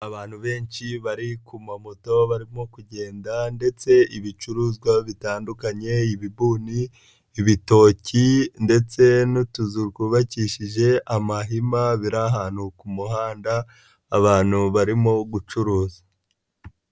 Abantu benshi bari ku mamoto barimo kugenda ndetse ibicuruzwa bitandukanye, ibibuni ibitoki ndetse n'utuzu twubakishije amahema biri ahantu ku muhanda abantu barimo gucuruza.